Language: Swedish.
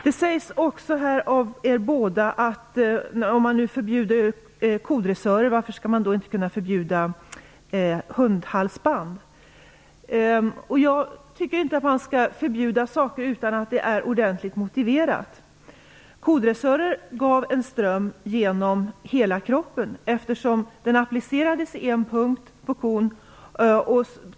Det sägs nu av er båda att man nu förbjuder kodressörer, och ni ställer då frågan varför man inte skall kunna förbjuda hundhalsband. Jag tycker inte att man skall förbjuda något utan att det är ordentligt motiverat. Kodressörer gav en ström genom hela kroppen, eftersom den applicerades på en punkt på kon.